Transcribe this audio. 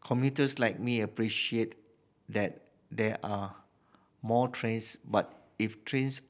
commuters like me appreciate that there are more trains but if trains